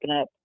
up